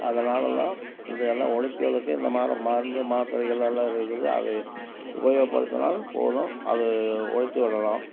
அதனால் தான் இதை எல்லாம் ஒழிக்கிறதுக்கு இந்த மரு மருந்து மாத்திரைகள் எல்லாம் இருக்குது அதை உபயோகப்படுத்தினால் போதும் அதை ஒழித்து விடலாம்